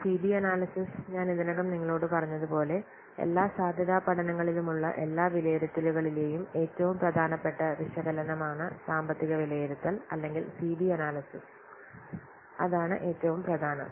C B analysis ഞാൻ ഇതിനകം നിങ്ങളോട് പറഞ്ഞതുപോലെ എല്ലാ സാധ്യതാ പഠനങ്ങളിലുമുള്ള എല്ലാ വിലയിരുത്തലുകളിലെയും ഏറ്റവും പ്രധാനപ്പെട്ട വിശകലനമാണ് സാമ്പത്തിക വിലയിരുത്തൽ അല്ലെങ്കിൽ സി ബി അനാല്യ്സിസിസ് ആണ് ഏറ്റവും പ്രധാനം